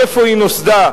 מאיפה היא נוסדה?